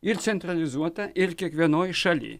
ir centralizuota ir kiekvienoj šalyj